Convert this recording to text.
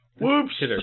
Whoops